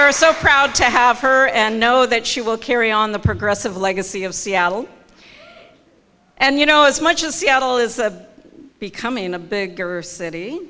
we're so proud to have her and know that she will carry on the progressive legacy of seattle and you know as much as seattle is a becoming a bigger city